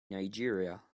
nigeria